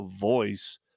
voice